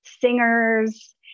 singers